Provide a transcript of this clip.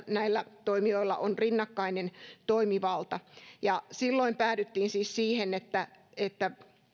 näillä toimijoilla on rinnakkainen toimivalta silloin päädyttiin siis siihen että että